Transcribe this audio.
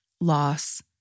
loss